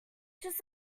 just